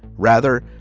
rather,